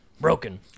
broken